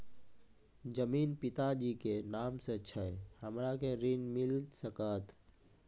जमीन पिता जी के नाम से छै हमरा के ऋण मिल सकत?